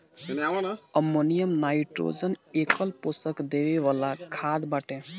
ammonium nitrogen एकल पोषण देवे वाला खाद बाटे